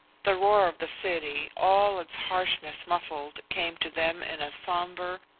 the roar of the city, all its harshness muffled, came to them in a sombre,